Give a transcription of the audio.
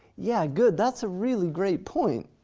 yeah, good that's a really great point,